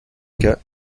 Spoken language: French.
cas